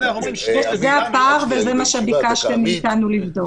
זה הפער, וזה מה שביקשתם מאיתנו לבדוק.